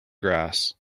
grass